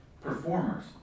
performers